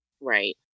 right